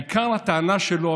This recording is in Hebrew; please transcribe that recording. עיקר הטענה שלו,